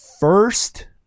First